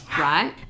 right